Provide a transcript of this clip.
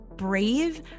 Brave